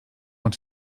want